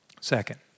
Second